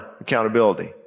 accountability